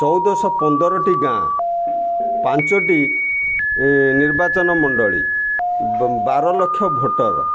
ଚଉଦଶହ ପନ୍ଦରଟି ଗାଁ ପାଞ୍ଚଟି ନିର୍ବାଚନ ମଣ୍ଡଳୀ ବାର ଲକ୍ଷ ଭୋଟର